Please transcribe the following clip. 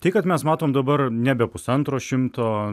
tai kad mes matom dabar nebe pusantro šimto